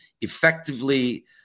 effectively